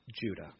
Judah